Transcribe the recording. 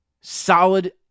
solid